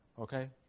Okay